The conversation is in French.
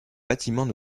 bâtiments